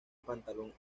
pantalón